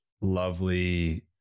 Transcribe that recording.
lovely